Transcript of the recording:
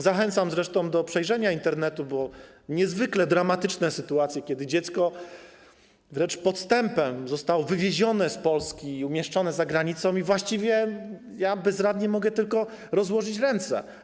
Zachęcam zresztą do przejrzenia Internetu: niezwykle dramatyczne sytuacje, kiedy dziecko wręcz podstępem zostało wywiezione z Polski i umieszczone za granicą i właściwie ja mogę tylko bezradnie rozłożyć ręce.